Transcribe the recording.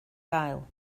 gael